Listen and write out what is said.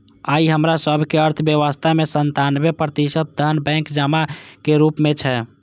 आइ हमरा सभक अर्थव्यवस्था मे सत्तानबे प्रतिशत धन बैंक जमा के रूप मे छै